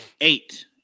eight